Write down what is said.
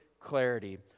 clarity